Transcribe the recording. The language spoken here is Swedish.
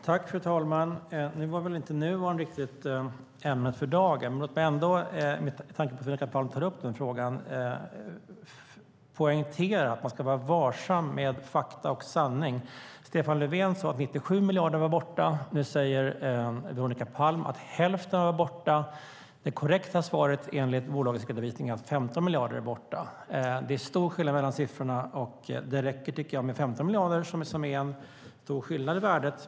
Fru talman! Nu är inte riktigt Nuon ämnet för dagen. Med tanke på att Veronica Palm tar upp den frågan vill jag ändå poängtera att man ska vara varsam med fakta och sanning. Stefan Löfven sade att 97 miljarder var borta. Nu säger Veronica Palm att hälften var borta. Det korrekta svaret enligt bolagets redovisning är att 15 miljarder är borta. Det är stor skillnad mellan siffrorna. Det räcker med 15 miljarder, som är en stor skillnad i värdet.